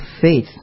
faith